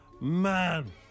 Man